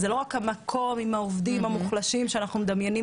זה לא רק המקום עם העובדים המוחלשים שאנחנו מדמיינים